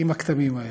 עם הכתמים האלה,